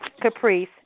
Caprice